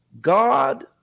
god